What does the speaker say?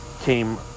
came